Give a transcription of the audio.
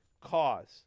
cause